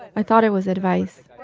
i thought it was advice.